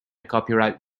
copyright